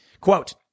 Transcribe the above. Quote